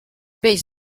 peix